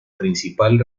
principal